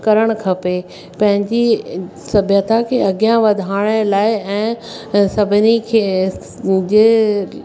करणु खपे पंहिंजी सभ्यता खे अॻियां वधाइण लाइ ऐं सभिनी खे जे